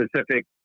Specific